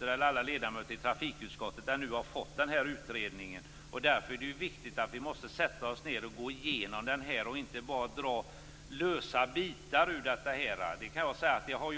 Alla ledamöter i trafikutskottet har ännu inte fått utredningen. Därför är det viktigt att vi först sätter oss ned och går igenom den i stället för att bara dra fram lösa bitar.